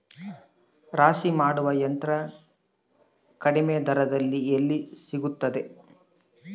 ರಾಶಿ ಮಾಡುವ ಯಂತ್ರ ಕಡಿಮೆ ದರದಲ್ಲಿ ಎಲ್ಲಿ ಸಿಗುತ್ತದೆ?